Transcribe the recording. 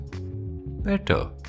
better